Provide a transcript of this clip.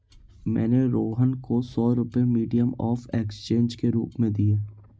मैंने रोहन को सौ रुपए मीडियम ऑफ़ एक्सचेंज के रूप में दिए